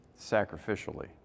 sacrificially